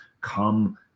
Come